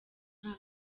nta